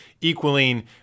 equaling